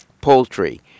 poultry